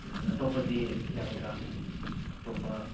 ꯎꯝ ꯑꯇꯣꯞꯄꯗꯤ ꯌꯥꯒꯗ꯭ꯔꯥ ꯑꯇꯣꯞꯄ